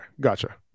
gotcha